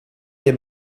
dei